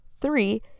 three